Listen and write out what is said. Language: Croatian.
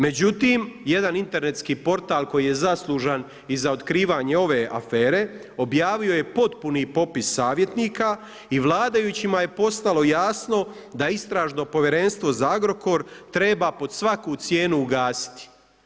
Međutim, jedan internetski portal, koji je zaslužan i za otkrivanje ove afere, objavio je potpuni popis savjetnika i vladajućima je postalo jasno, da Istražno povjerenstvo za Agrokor treba pod svaku cijenu ugasiti.